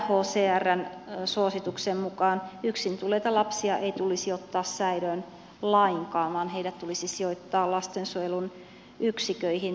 myöskään unhcrn suosituksen mukaan yksin tulleita lapsia ei tulisi ottaa säilöön lainkaan vaan heidät tulisi sijoittaa lastensuojelun yksiköihin